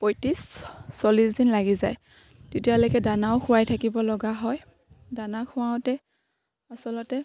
পঁয়ত্ৰিছ চল্লিছ দিন লাগি যায় তেতিয়ালৈকে দানাও খুৱাই থাকিব লগা হয় দানা খোৱাওঁতে আচলতে